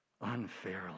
unfairly